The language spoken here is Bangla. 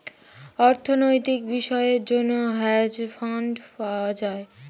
অর্থনৈতিক বিষয়ের জন্য হেজ ফান্ড পাওয়া যায়